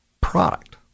product